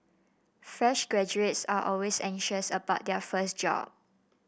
fresh graduates are always anxious about their first job